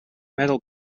metal